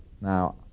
Now